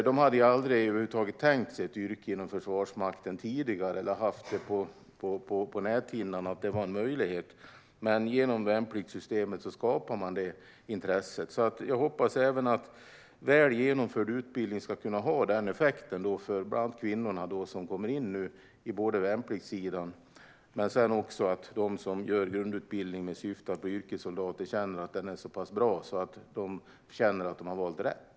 De hade aldrig tänkt sig ett yrke inom Försvarsmakten över huvud taget, eller ens tänkt att det var en möjlighet. Men genom värnpliktssystemet skapades det intresset. Jag hoppas alltså att väl genomförd utbildning ska ha den effekten, bland annat på kvinnorna som kommer in på värnpliktssidan, och att de som gör grundutbildning med syfte att bli yrkessoldater känner att den är så pass bra att det känns som att de har valt rätt.